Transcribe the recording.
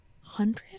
hundred